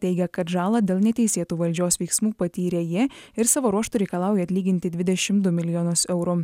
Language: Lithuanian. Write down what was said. teigia kad žalą dėl neteisėtų valdžios veiksmų patyrė ji ir savo ruožtu reikalauja atlyginti dvidešim du milijonus eurų